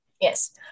Yes